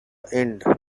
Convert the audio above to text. end